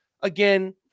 again